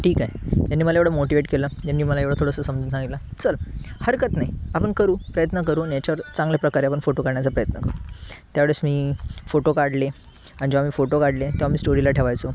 ठीक आहे त्यांनी मला एवढं मोटिवेट केलं यांनी मला एवढं थोडंसं समजून सांगितलं चल हरकत नाही आपण करू प्रयत्न करू आणि याच्यावर चांगल्या प्रकारे आपण फोटो काढण्याचा प्रयत्न करू त्यावेळेस मी फोटो काढले आणि जेव्हा मी फोटो काढले तेव्हा मी स्टोरीला ठेवायचो